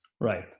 Right